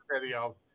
Video